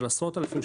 של עשרות אלפים,